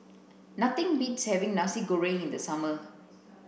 nothing beats having Nasi Goreng in the summer